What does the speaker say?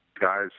guys